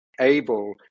able